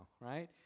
right